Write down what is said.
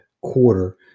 quarter